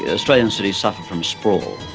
australian cities suffer from sprawl.